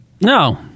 No